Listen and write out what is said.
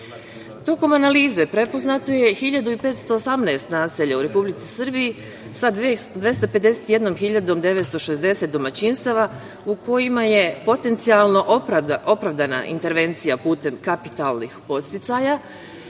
analize prepoznato je 1.518 naselja u Republici Srbiji sa 251.960 domaćinstava u kojima je potencijalno opravdana intervencija putem kapitalnih podsticaja,